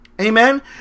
Amen